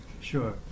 Sure